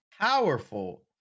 powerful